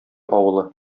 авылы